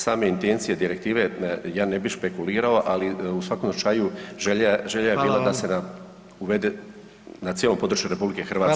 Same intencije direktive ja ne bih špekulirao, ali u svakom slučaju želja je bila da se uvede na cijelom području RH.